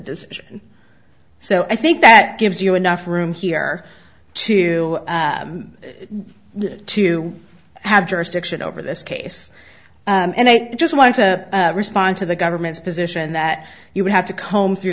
decision so i think that gives you enough room here to to have jurisdiction over this case and i just want to respond to the government's position that you would have to comb through